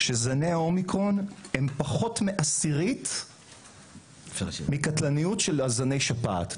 שזני האומיקרון קטלניים פחות מעשירית מהקטלניות של זני השפעת.